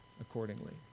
accordingly